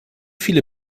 viele